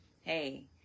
hey